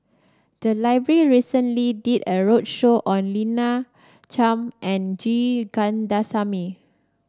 the library recently did a roadshow on Lina Chiam and G Kandasamy